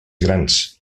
grans